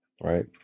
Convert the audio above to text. Right